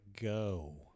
go